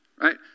Right